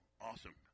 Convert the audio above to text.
awesome